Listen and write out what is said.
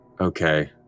Okay